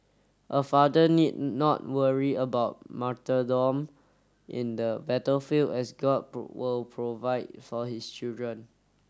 a father need not worry about martyrdom in the battlefield as god will provide for his children